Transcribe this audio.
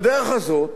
בדרך הזאת,